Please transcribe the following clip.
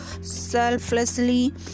selflessly